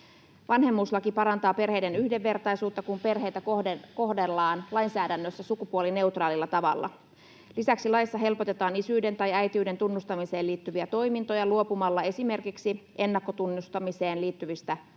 Vanhemmuuslaki parantaa perheiden yhdenvertaisuutta, kun perheitä kohdellaan lainsäädännössä sukupuolineutraalilla tavalla. Lisäksi laissa helpotetaan isyyden tai äitiyden tunnustamiseen liittyviä toimintoja luopumalla esimerkiksi ennakkotunnustamiseen liittyvästä varoajasta